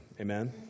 Amen